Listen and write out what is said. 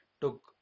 took